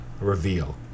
Reveal